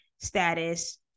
status